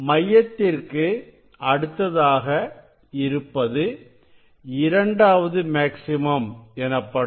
மையத்திற்கு அடுத்ததாக இருப்பது இரண்டாவது மேக்ஸிமம் எனப்படும்